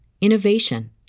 innovation